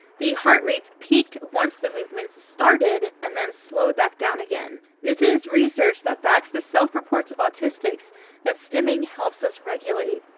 the heart rates peaked once the movements started and then slowed back down again. this is research that backs the self-reports of autistics that stimming helps us regulate.